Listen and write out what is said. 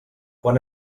quan